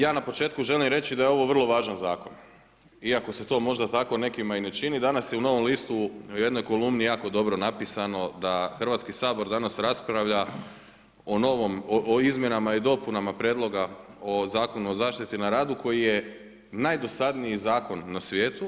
Ja na početku želim reći da je ovo vrlo važan zakon iako se to možda tako nekima i ne čini, danas je u Novom listu u jednoj kolumni jako dobro napisano da Hrvatski sabor danas raspravlja o izmjenama i dopunama Prijedloga o Zakonu o zaštiti na radu koji je najdosadniji zakon na svijetu.